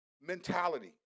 mentality